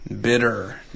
bitter